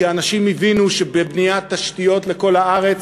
כי אנשים הבינו שבבניית תשתיות לכל הארץ,